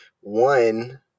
One